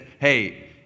hey